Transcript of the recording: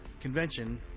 convention